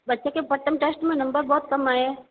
बच्चे के प्रथम टेस्ट में नंबर बहुत कम आएँ हैं